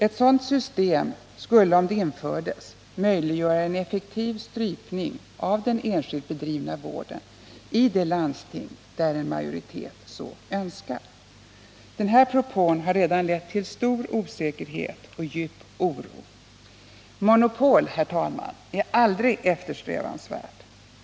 Ett sådant system skulle, om det infördes, möjliggöra en effektiv strypning av den enskilt bedrivna vården i de landsting där en majoritet så önskar. Denna propå har redan lett till stor osäkerhet och djup oro. Monopol, herr talman, är aldrig eftersträvansvärt.